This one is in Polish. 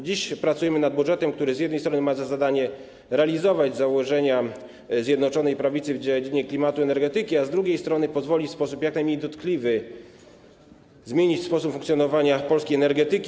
Dziś pracujemy nad budżetem, który z jednej strony ma za zadanie realizować założenia Zjednoczonej Prawicy w dziedzinie klimatu i energetyki, a z drugiej strony pozwolić w sposób jak najmniej dotkliwy zmienić sposób funkcjonowania polskiej energetyki,